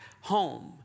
home